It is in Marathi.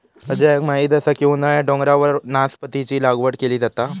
अजयाक माहीत असा की उन्हाळ्यात डोंगरावर नासपतीची लागवड केली जाता